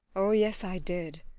oh yes, i did.